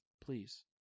please